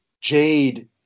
jade